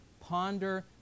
ponder